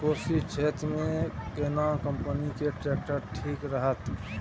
कोशी क्षेत्र मे केना कंपनी के ट्रैक्टर ठीक रहत?